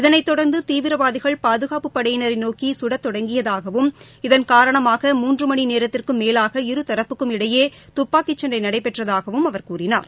இதனைத் தொடர்ந்துதீவிரவாதிகள்பாதுகாப்புப் படையினரைநோக்கிகடதொடங்கியதாகவும் இதன் காரணமாக மூன்றுமணிநேரத்திற்கும் மேலாக இருதரப்புக்கும் இடையேதுப்பாக்கிசண்டநடைபெற்றதாகவும் அவர் கூறினார்